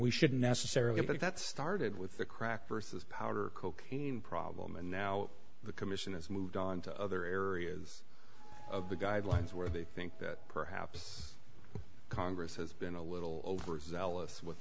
we shouldn't necessarily think that started with the crack versus powder cocaine problem and now the commission has moved on to other areas of the guidelines where they think that perhaps congress has been a little overzealous with